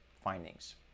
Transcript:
findings